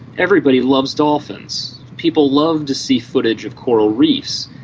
everybody loves dolphins. people love to see footage of coral reefs.